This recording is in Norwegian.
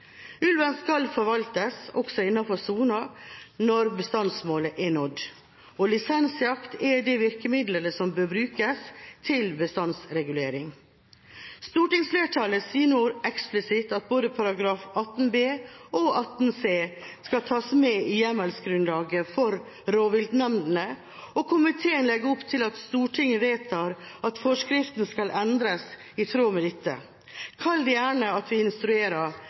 Ulven skal forvaltes, også innenfor sonen, når bestandsmålet er nådd. Lisensjakt er det virkemidlet som bør brukes til bestandsregulering. Stortingsflertallet sier nå eksplisitt at både § 18 b og § 18 c skal tas med i hjemmelsgrunnlaget for rovviltnemndene, og komiteen legger opp til at Stortinget vedtar at forskriften skal endres i tråd med dette. Kall det gjerne at vi instruerer